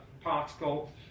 particle